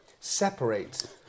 separate